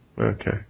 Okay